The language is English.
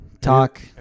talk